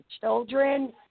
children